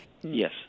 Yes